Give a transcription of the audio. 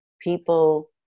people